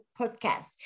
podcast